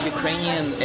Ukrainian